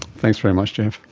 thanks very much jeff.